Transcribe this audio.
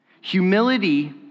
Humility